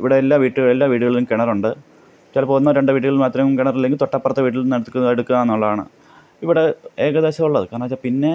ഇവിടെ എല്ലാ വീടുകളിലും കിണറുണ്ട് ചിലപ്പോൾ ഒന്നോ രണ്ടോ വീടുകളിൽ മാത്രം കിണറില്ലെങ്കിൽ തൊട്ടപ്പുറത്തെ വീട്ടിൽ നിന്നെടുക്കാം എടുക്കാമെന്നുള്ളതാണ് ഇവിടെ ഏകദേശമുള്ളത് കാരണം എന്ന് വച്ചാൽ പിന്നെ